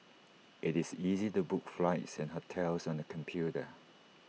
IT is easy to book flights and hotels on the computer